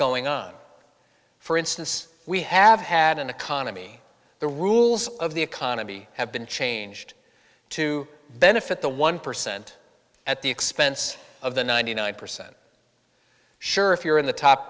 going on for instance we have had an economy the rules of the economy have been changed to benefit the one percent at the expense of the ninety nine percent sure if you're in the top